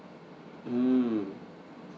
mm